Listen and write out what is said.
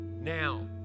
now